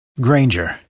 Granger